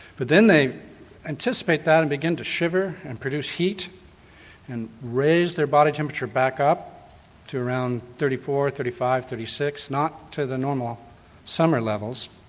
but then they anticipate that and begin to shiver and produce heat and raise their body temperature back up to around thirty four, thirty five, thirty six, not to the normal summer levels.